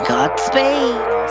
Godspeed